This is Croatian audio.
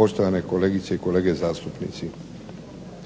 poštovane kolegice i kolege zastupnici.